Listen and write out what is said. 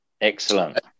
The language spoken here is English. excellent